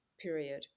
period